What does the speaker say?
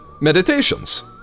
meditations